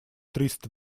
триста